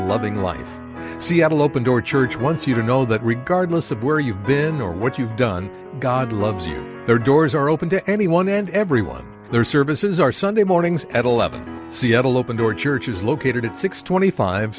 loving like seattle open door church once you know that regardless of where you've been or what you've done god loves you there doors are open to anyone and everyone their services are sunday mornings at eleven seattle open door church is located at six twenty five